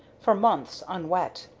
for months unwet.